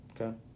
Okay